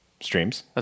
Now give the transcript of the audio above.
streams